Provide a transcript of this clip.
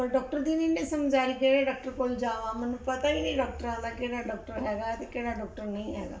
ਪਰ ਡਾਕਟਰ ਦੀ ਵੀ ਨੀ ਸਮਝ ਆ ਰਹੀ ਕਿਹੜੇ ਡਾਕਟਰ ਕੋਲ ਜਾਵਾਂ ਮੈਨੂੰ ਪਤਾ ਹੀ ਨਹੀਂ ਡਾਕਟਰਾਂ ਦਾ ਕਿਹੜਾ ਡਾਕਟਰ ਹੈਗਾ ਅਤੇ ਕਿਹੜਾ ਡਾਕਟਰ ਨਹੀਂ ਹੈਗਾ